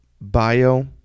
bio